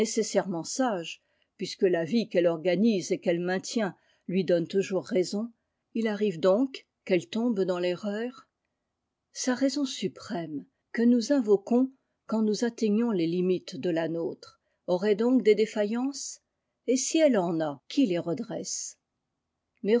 nécessairement sage puisque la vie qu'elle organise et qu elle maintient lui donne toujours raison il arrive donc qu'elle tombe dans terreur sa raison suprême que nous invoquons quand nous atteignons les limites de la nôtre aurait donc des défaillances et si elle en a qui les redresse